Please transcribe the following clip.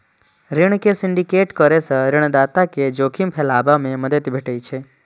ऋण के सिंडिकेट करै सं ऋणदाता कें जोखिम फैलाबै मे मदति भेटै छै